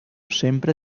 sempre